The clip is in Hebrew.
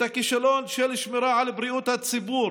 הכישלון של שמירה על בריאות הציבור,